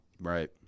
right